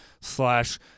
slash